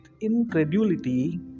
incredulity